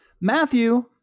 Matthew